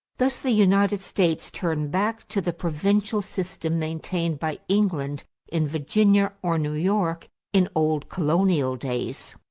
thus the united states turned back to the provincial system maintained by england in virginia or new york in old colonial days.